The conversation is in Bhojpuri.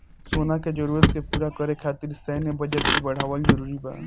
सेना के जरूरत के पूरा करे खातिर सैन्य बजट के बढ़ावल जरूरी बा